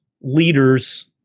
leaders